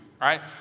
right